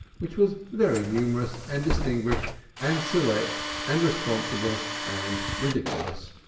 which was very numerous and distinguished and select and responsible and ridiculous.